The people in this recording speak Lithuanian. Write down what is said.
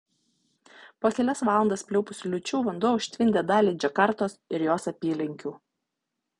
po kelias valandas pliaupusių liūčių vanduo užtvindė dalį džakartos ir jos apylinkių